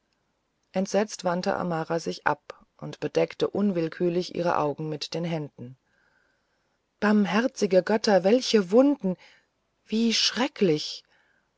entsetzt wandte amara sich ab und bedeckte unwillkürlich ihre augen mit den händen barmherzige götter welche wunde wie schrecklich